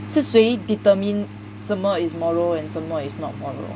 是谁 determine 什么 is moral and 什么 is not moral [one]